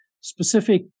specific